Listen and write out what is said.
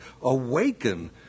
Awaken